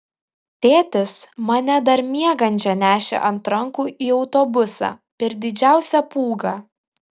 tėtis mane dar miegančią nešė ant rankų į autobusą per didžiausią pūgą